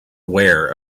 aware